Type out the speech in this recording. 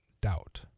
doubt